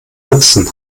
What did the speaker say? nutzen